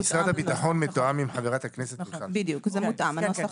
משרד הביטחון מתואם עם חה"כ מיכל שיר.